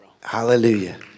Hallelujah